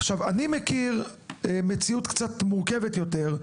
אני מכיר מציאות קצת מורכבת יותר,